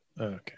Okay